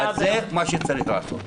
אז זה מה שצריך לעשות.